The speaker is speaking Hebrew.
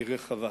היא רחבה.